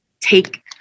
take